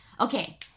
Okay